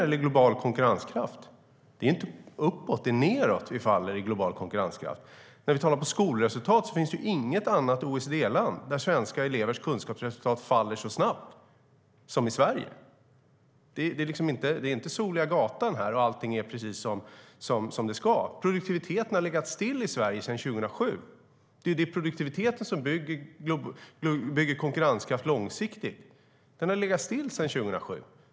Vi går inte uppåt utan faller nedåt. Vad gäller skolresultat finns det inget annat OECD-land där elevernas kunskapsresultat faller så snabbt som i Sverige. Det är inte soliga gatan där allting är precis som det ska. Det är produktivitet som bygger konkurrenskraft långsiktigt, men produktiviteten har legat still i Sverige sedan 2007.